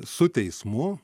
su teismu